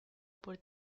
por